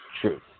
truth